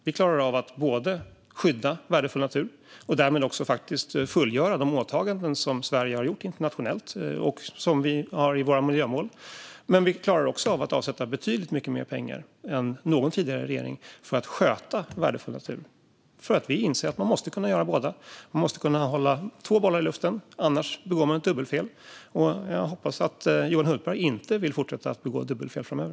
Vi klarar av att skydda värdefull natur och därmed fullgöra de åtaganden som Sverige har gjort internationellt och som vi har i våra miljömål. Vi klarar också av att sätta av betydligt mycket mer pengar för att sköta värdefull natur än någon tidigare regering har gjort. Vi inser nämligen att man måste kunna göra båda. Man måste kunna hålla två bollar i luften. Annars begår man ett dubbelfel. Jag hoppas att Johan Hultberg inte vill fortsätta att begå dubbelfel framöver.